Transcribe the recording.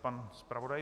Pan zpravodaj.